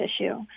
issue